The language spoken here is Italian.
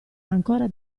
ancora